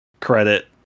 credit